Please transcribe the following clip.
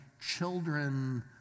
children